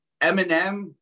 Eminem